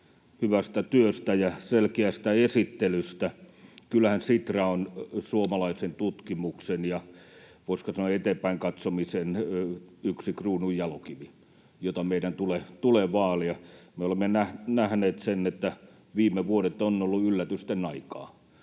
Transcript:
hyvästä työstä ja selkeästä esittelystä. Kyllähän Sitra on suomalaisen tutkimuksen ja, voisiko sanoa, eteenpäin katsomisen yksi kruununjalokivi, jota meidän tulee vaalia. Me olemme nähneet sen, että viime vuodet ovat olleet yllätysten aikaa,